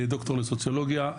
ד"ר לסוציולוגיה,